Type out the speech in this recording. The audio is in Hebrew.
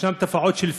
ישנן תופעות של פאשיזם,